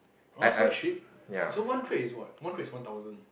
orh so cheap so one trade is what one trade is one thousand